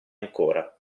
ancora